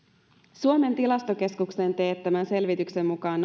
suomen tilastokeskuksen teettämän selvityksen mukaan